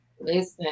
Listen